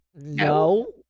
No